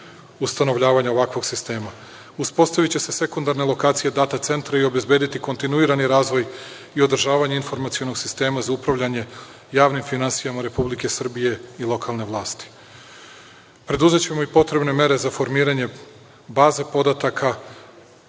ustanovljavanja ovakvog sistema. Uspostaviće se sekundarna lokacija DATA centra i obezbediti kontinuirani razvoj i održavanje informacionog sistema za upravljanje javnim finansijama Republike Srbije i lokalne vlasti. Preduzećemo i potrebne mere za formiranje baze podataka